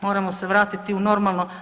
Moramo se vratiti u normalno.